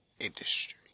industry